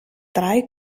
drei